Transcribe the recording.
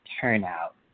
turnout